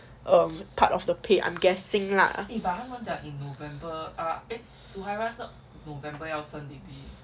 um part of the pay I'm guessing lah